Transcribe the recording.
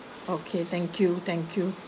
okay thank you thank you